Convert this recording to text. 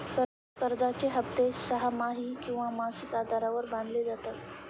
कर्जाचे हप्ते सहामाही किंवा मासिक आधारावर बांधले जातात